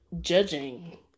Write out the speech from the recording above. judging